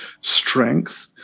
strength